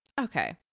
Okay